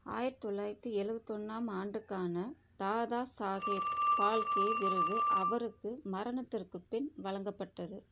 ஆயிரத்து தொள்ளாயிரத்து எழுபத்தொன்னாம் ஆண்டுக்கான தாதாசாகேப் பால்கே விருது அவருக்கு மரணத்திற்குப் பின் வழங்கப்பட்டது